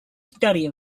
study